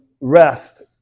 rest